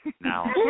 Now